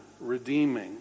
redeeming